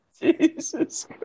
Jesus